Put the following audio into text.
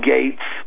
Gates